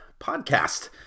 Podcast